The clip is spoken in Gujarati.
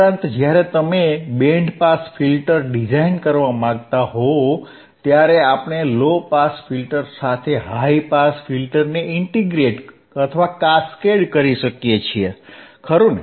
ઉપરાંત જ્યારે તમે બેન્ડ પાસ ફિલ્ટર ડિઝાઇન કરવા માંગતા હો ત્યારે આપણે લો પાસ ફિલ્ટર સાથે હાઇ પાસ ફિલ્ટરને ઇન્ટીગ્રેટ અથવા કાસ્કેડ કરી શકીએ છીએ ખરું ને